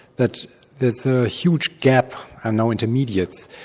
that there's a huge gap and no intermediates.